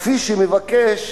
כפי שמבקש,